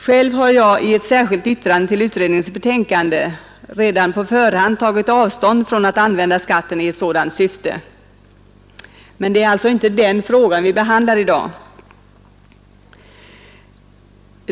Själv har jag i ett särskilt yttrande till utredningens betänkande redan på förhand tagit avstånd från att använda skatten i sådant syfte. Men det är alltså inte den frågan vi behandlar i dag.